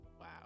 wow